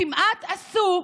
כמעט עשו,